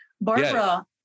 Barbara